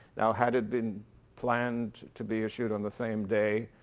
now had it been planned to be issued on the same day?